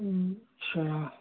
अच्छा